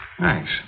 Thanks